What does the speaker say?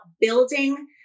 building